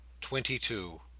twenty-two